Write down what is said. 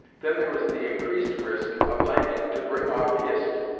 then there was the increased risk of landing to bring off hist